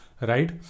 right